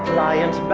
client